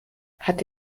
hat